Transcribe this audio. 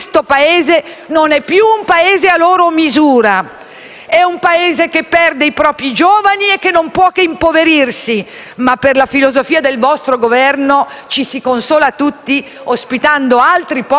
È un Paese che perde i propri giovani e che non può che impoverirsi, ma per la filosofia del vostro Governo, ci si consola tutti ospitando altri poveri e dividendo la povertà con la povertà.